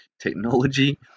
technology